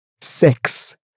sex